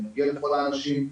הוא מגיע לכל האנשים,